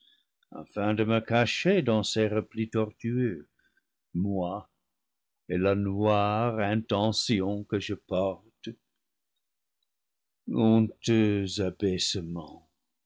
afin de me cacher dans ses replis tortueux moi et la noire intention que je porte honteux abaissement